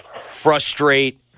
frustrate